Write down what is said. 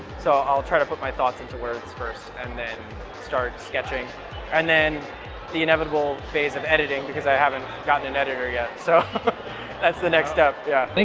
so i'll try to put my thoughts into words first and then start sketching and then the inevitable phase of editing because i haven't gotten an editor yet, so that's the next step. yeah. thanks